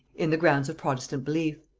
in the grounds of protestant belief.